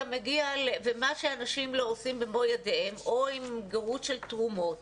ומה שאנשים לא עושים במו-ידיהם או עם תרומות,